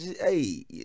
Hey